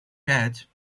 пять